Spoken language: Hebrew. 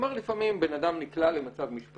הוא אומר שלפעמים בן אדם נקלע למצב משפטי,